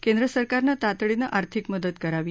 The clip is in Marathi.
केंद्र सरकारनं तातडीनं आर्थिक मदत करावी